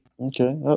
Okay